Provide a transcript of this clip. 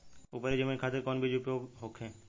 उपरी जमीन खातिर कौन बीज उपयोग होखे?